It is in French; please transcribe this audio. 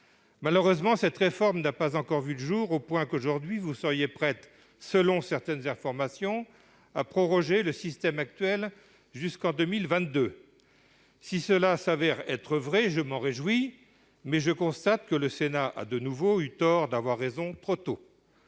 Malheureusement, cette réforme n'a pas encore vu le jour, au point qu'aujourd'hui vous seriez prête, selon certaines informations, à proroger le système actuel jusqu'en 2022. Si cela est vrai, je m'en réjouis, mais je constate que le Sénat a de nouveau eu tort d'avoir raison trop tôt